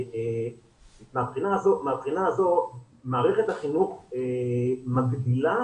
מהבחינה הזו מערכת החינוך מגדילה